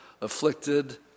afflicted